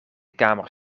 kamer